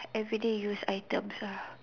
everyday use items ah